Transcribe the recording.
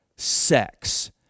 sex